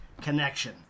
connection